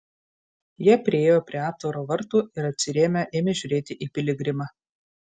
jie priėjo prie aptvaro vartų ir atsirėmę ėmė žiūrėti į piligrimą